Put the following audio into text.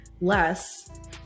less